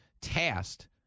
tasked